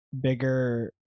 bigger